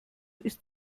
ist